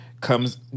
comes